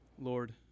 Lord